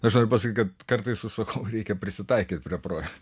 aš noriu pasakyt kad kartais užsakovui reikia prisitaikyt prie projekto